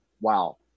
Wow